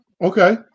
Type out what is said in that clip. Okay